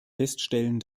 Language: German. feststellen